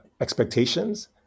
expectations